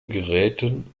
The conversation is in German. geräten